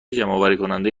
جمعآوریکننده